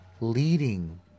leading